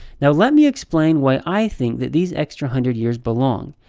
now let me explain why i think that these extra hundred years belong.